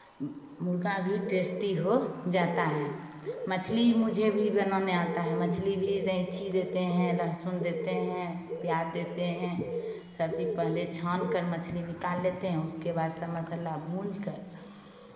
मुर्गा भी टेस्टी हो जाता है मछली मुझे भी बनाने आता है मछली भी रैंची देते हैं लहसुन देते हैं प्याज देते हैं सब चीज़ पहले छानकर मछली निकाल लेते हैं उसके बाद सब मसाला भूज कर